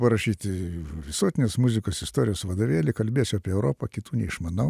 parašyti visuotinės muzikos istorijos vadovėlį kalbėsiu apie europą kitų neišmanau